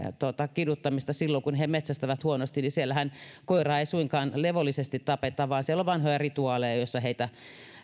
kiduttamista silloin kun ne metsästävät huonosti siellähän koiraa ei suinkaan levollisesti tapeta vaan siellä on vanhoja rituaaleja joissa